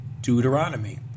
Deuteronomy